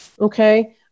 Okay